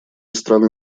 страны